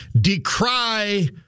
decry